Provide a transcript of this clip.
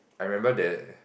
I remember the